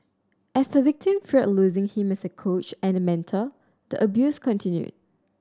as the victim feared losing him as a coach and mentor the abuse continued